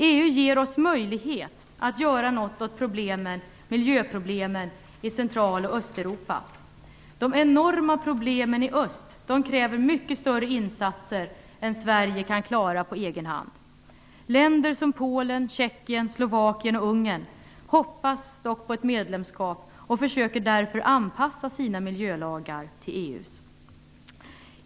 EU ger oss möjlighet att göra något åt miljöproblemen i Central och Östeuropa. De enorma problemen i öst kräver mycket större insatser än Sverige kan klara på egen hand. Länder som Polen, Tjeckien, Slovakien och Ungern hoppas dock på ett medlemskap och försöker därför anpassa sina miljölagar till EU:s.